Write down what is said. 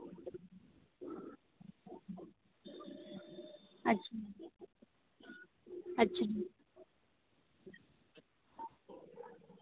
ᱟᱪᱪᱷᱟ